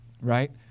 Right